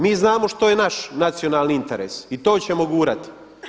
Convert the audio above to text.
Mi znamo što je naš nacionalni interes i to ćemo gurati.